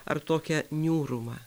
ar tokią niūrumą